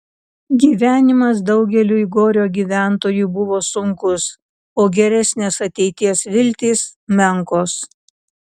gyvenimas daugeliui gorio gyventojų buvo sunkus o geresnės ateities viltys menkos